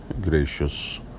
Gracious